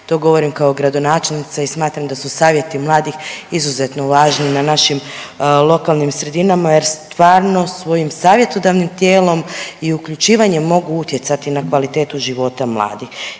to govorim kao gradonačelnica i smatram da su savjeti mladih izuzetno važni na našim lokalnim sredinama jer stvarno svojim savjetodavnim tijelom i uključivanjem mogu utjecati na kvalitetu života mladih